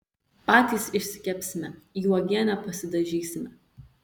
patys išsikepsime į uogienę pasidažysime